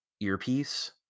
earpiece